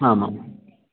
आम् आम्